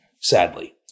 sadly